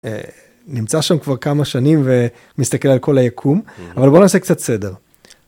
נמצא שם כבר כמה שנים ומסתכל על כל היקום אבל בוא נעשה קצת סדר.